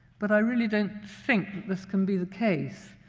but i really don't think this can be the case.